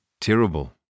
terrible